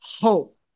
hope